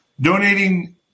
Donating